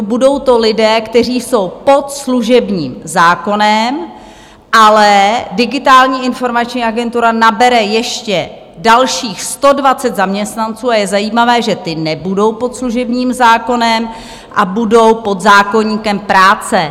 Budou to lidé, kteří jsou pod služebním zákonem, ale Digitální informační agentura nabere ještě dalších 120 zaměstnanců, a je zajímavé, že ti nebudou pod služebním zákonem a budou pod zákoníkem práce.